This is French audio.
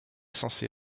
censé